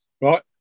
Right